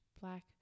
black